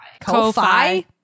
Ko-fi